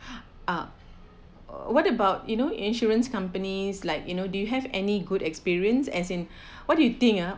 ah what about you know insurance companies like you know do you have any good experience as in what do you think ah